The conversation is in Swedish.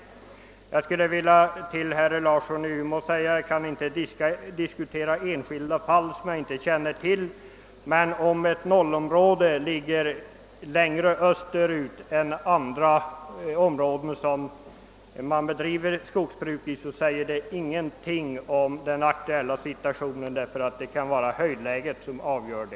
Till herr Larsson i Umeå vill jag säga att jag givetvis inte kan diskutera enskilda fall som jag inte känner till. Men om ett 0-område ligger längre österut än andra områden, där skogsbruk bedrivs, så säger detta ingenting om den aktuella 'situationen, ty det kan vara höjdläget som är avgörande.